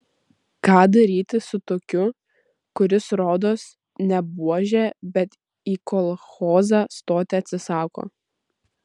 ką daryti su tokiu kuris rodos ne buožė bet į kolchozą stoti atsisako